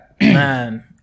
man